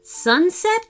Sunset